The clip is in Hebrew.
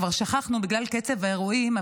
כבר שכחנו בגלל קצב האירועים,